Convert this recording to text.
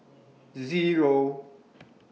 Zero